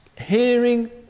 Hearing